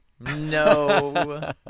no